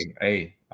hey